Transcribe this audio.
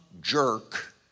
jerk